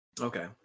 Okay